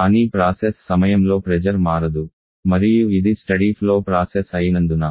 కానీ ప్రాసెస్ సమయంలో ప్రెజర్ మారదు మరియు ఇది స్టడీ ఫ్లో ప్రాసెస్ అయినందున